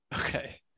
okay